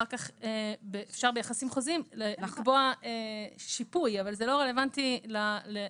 אחר כך אפשר ביחסים חוזים לקבוע שיפוי אבל זה לא רלוונטי לחוק.